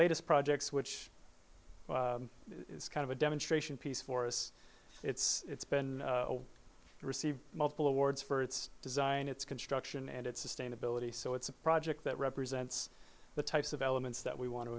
latest projects which is kind of a demonstration piece for us it's been received multiple awards for its design its construction and its sustainability so it's a project that represents the types of elements that we want to